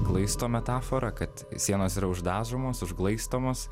glaisto metaforą kad sienos yra uždažomos užglaistomos